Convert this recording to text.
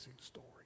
story